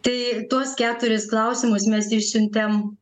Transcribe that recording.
tai tuos keturis klausimus mes išsiuntėm